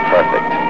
Perfect